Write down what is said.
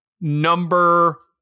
number